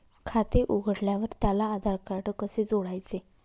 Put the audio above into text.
खाते उघडल्यावर त्याला आधारकार्ड कसे जोडायचे?